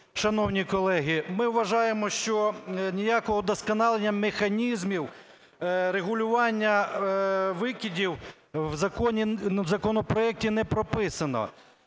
шановні колеги, ми вважаємо, що ніякого удосконалення механізмів регулювання викидів в законі, в законопроекті не прописано.